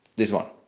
this one!